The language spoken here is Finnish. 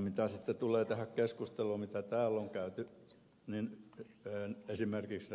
mitä sitten tulee tähän keskusteluun mitä täällä on käyty esimerkiksi